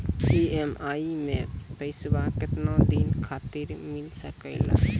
EMI मैं पैसवा केतना दिन खातिर मिल सके ला?